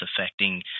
affecting